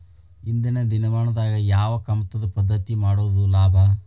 ಇಂದಿನ ದಿನಮಾನದಾಗ ಯಾವ ಕಮತದ ಪದ್ಧತಿ ಮಾಡುದ ಲಾಭ?